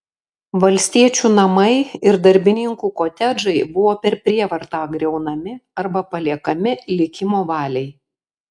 valstiečių namai ir darbininkų kotedžai buvo per prievartą griaunami arba paliekami likimo valiai